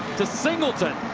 to singleton.